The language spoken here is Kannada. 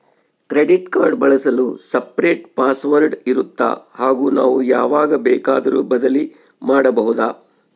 ಕ್ರೆಡಿಟ್ ಕಾರ್ಡ್ ಬಳಸಲು ಸಪರೇಟ್ ಪಾಸ್ ವರ್ಡ್ ಇರುತ್ತಾ ಹಾಗೂ ನಾವು ಯಾವಾಗ ಬೇಕಾದರೂ ಬದಲಿ ಮಾಡಬಹುದಾ?